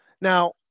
Now